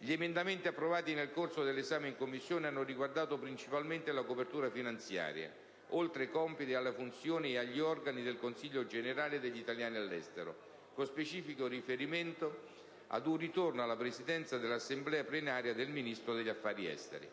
Gli emendamenti approvati nel corso dell'esame in Commissione hanno riguardato principalmente la copertura finanziaria, oltre ai compiti e alle funzioni e agli organi del Consiglio generale degli italiani all'estero, con specifico riferimento ad un ritorno alla presidenza dell'assemblea plenaria del Ministro degli affari esteri.